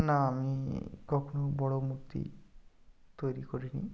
না আমি কখন বড়ো মূর্তি তৈরি করিনি